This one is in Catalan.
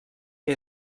que